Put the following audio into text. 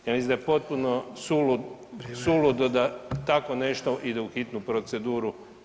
Ja mislim da je potpuno suludo [[Upadica: Vrijeme.]] da tako nešto ide u hitnu proceduru.